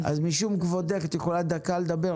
אז משום כבודך את יכולה לדבר דקה,